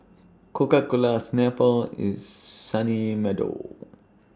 Coca Cola Snapple IS Sunny Meadow